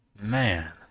man